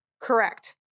Correct